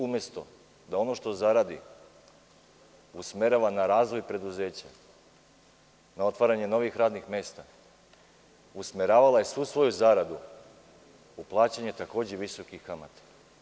Umesto da ono što zaradi usmerava na razvoj preduzeća, na otvaranje novih radnih mesta, usmeravala je svu svoju zaradu u plaćanje takođe visokih kamata.